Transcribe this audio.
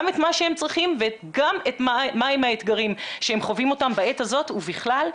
גם את מה שהם צריכים וגם מה האתגרים שהם חווים אותם בעת הזאת ובכלל.